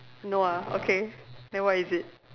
no ah okay then what is it